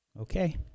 Okay